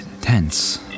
tense